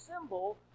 symbol